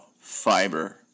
fiber